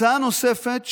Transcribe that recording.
הצעה נוספת,